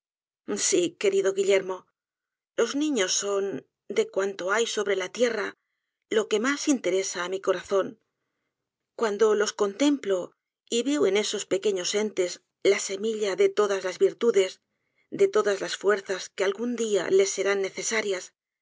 sí querido guillermo los niños son de cuanto hay sóbrela tierra lo que mas interesa á mi corazón cuando los contemplo y veo en esos pequeños entes la semiua de todas las virtudes de todas las fuerzas que algara dia les serán necesarias